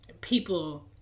people